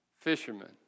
fishermen